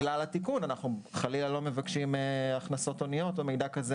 בגלל התיקון אנחנו חלילה לא מבקשים הכנסות הוניות או מידע כזה.